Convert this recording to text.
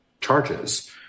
charges